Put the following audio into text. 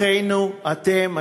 אחינו אתם,